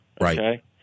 Right